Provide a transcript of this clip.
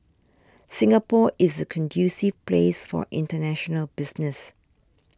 Singapore is a conducive place for international business